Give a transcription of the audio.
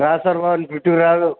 రాదు sir one ఫిఫ్టీకి రాదు